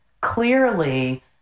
clearly